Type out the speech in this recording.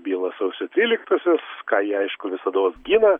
bylą sausio tryliktosios ką jie aišku visados gina